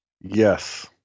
Yes